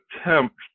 attempt